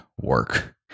work